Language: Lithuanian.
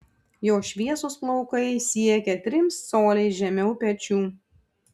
jo šviesūs plaukai siekia trim coliais žemiau pečių